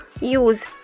use